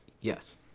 Yes